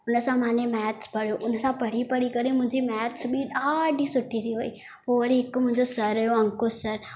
उन सां माने मैथ्स पढ़ियो उन सां पढ़ी पढ़ी करे मुंहिंजी मैथ्स बि ॾाढी सुठी थी वई पोइ वरी हिकु मुंहिंजो सर हुयो अंकुश सर